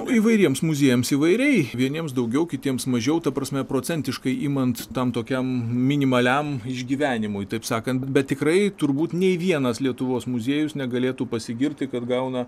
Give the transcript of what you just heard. įvairiems muziejams įvairiai vieniems daugiau kitiems mažiau ta prasme procentiškai imant tam tokiam minimaliam išgyvenimui taip sakant bet tikrai turbūt nei vienas lietuvos muziejus negalėtų pasigirti kad gauna